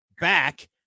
back